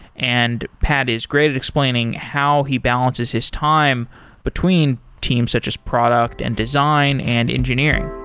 and pat is great at explaining how he balances his time between teams, such as product and design and engineering.